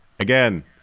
Again